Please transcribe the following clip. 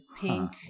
Pink